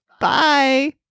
Bye